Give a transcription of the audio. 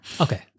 okay